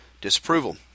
disapproval